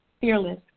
fearless